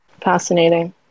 Fascinating